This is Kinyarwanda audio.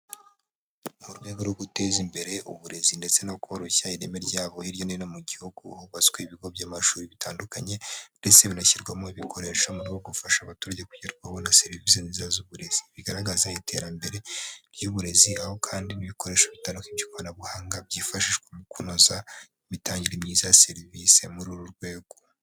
Mu rwego rwo guteza imbere uburezi ndetse no koroshya ireme ryabo hirya no hino mu gihugu hubatswe ibigo by'amashuri bitandukanye ndetse binashyirwamo ibikoresho murwego rwo gufasha abaturage kugerwaho na serivisi nziza z'uburezi, bigaragaza iterambere ry'uburezi aho kandi n'ibikoresho bitandukanye by'ikoranabuhanga byifashishwa mu kunoza imitangire myiza ya serivisi muri uru rwego.